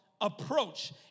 approach